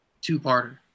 two-parter